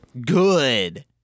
Good